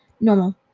normal